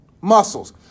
Muscles